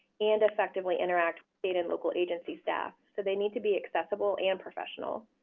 and effectively interact with state and local agency staff. so they need to be accessible and professional.